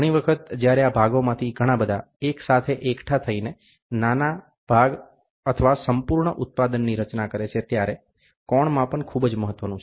ઘણી વખત જ્યારે આ ભાગોમાંથી ઘણા બધા એક સાથે એકઠા થઈને નાનો ભાગ અથવા સંપૂર્ણ ઉત્પાદનની રચના કરે છે ત્યારે કોણ માપન ખૂબ મહત્વનું છે